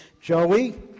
Joey